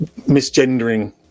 misgendering